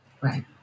Right